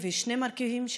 שני מרכיבים,